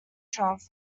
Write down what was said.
trove